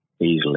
easily